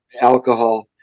alcohol